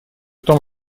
том